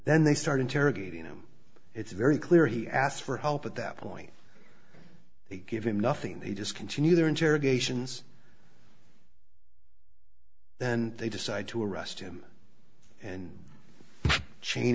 then they start interrogating him it's very clear he asked for help at that point they give him nothing they just continue their interrogations then they decide to arrest him and chain